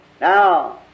Now